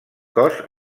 cos